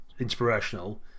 inspirational